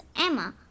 Emma